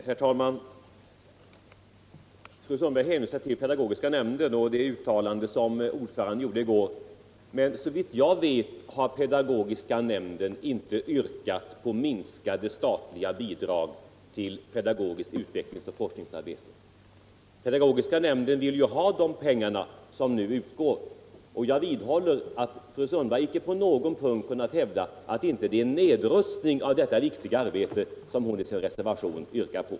Herr talman! Fru Sundberg hänvisar till pedagogiska nämnden och det uttalande som dess ordförande gjorde i går. Såvitt jag vet har emellertid pedagogiska nämnden inte yrkat på minskade statliga bidrag till pedagogiskt utvecklingsoch forskningsarbete. Den vill ha de pengar som nu utgår. Jag vidhåller att fru Sundberg inte på någon punkt har 109 kunnat hävda att det inte är nedrustning av detta viktiga arbete som hon i sin reservation yrkar på.